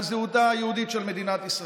על זהותה היהודית של מדינת ישראל.